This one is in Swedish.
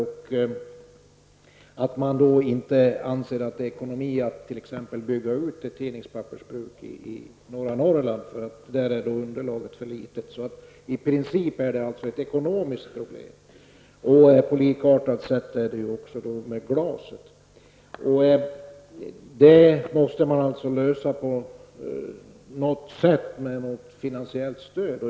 Vidare anser man inte att det t.ex. är ekonomiskt att bygga ut ett tidningspappersbruk i norra Norrland, eftersom underlaget där är alltför litet. I princip är det här alltså fråga om ett ekonomiskt problem. På liknande sätt förhåller det sig beträffande glas. På något sätt måste det gå att komma fram till en lösning, t.ex. genom någon sorts finansiellt stöd.